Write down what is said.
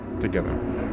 together